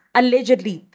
allegedly